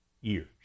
years